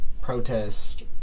protest